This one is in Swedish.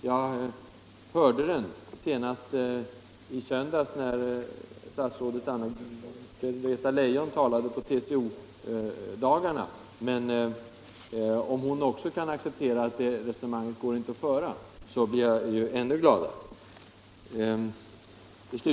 Jag hörde den senast i söndags när statsrådet Anna-Greta Leijon talade på TCO-dagarna. Om även hon vill avstå från detta resonemang skulle jag bli ännu gladare.